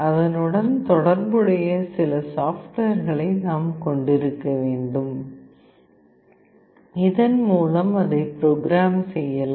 அதனுடன் தொடர்புடைய சில சாப்ட்வேர்களை நாம் கொண்டிருக்க வேண்டும் இதன் மூலம் அதை ப்ரோக்ராம் செய்யலாம்